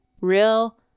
real